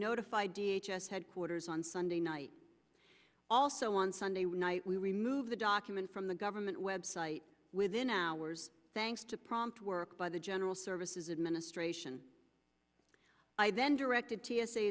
notify d h s headquarters on sunday night also on sunday when night we removed the document from the government web site within hours thanks to prompt work by the general services administration i then directed t